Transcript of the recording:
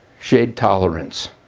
shade tolerance.